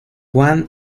wang